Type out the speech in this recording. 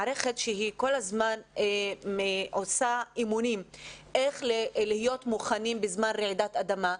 מערכת שהיא כל הזמן עושה אימונים איך להיות מוכנים בזמן רעידת אדמה,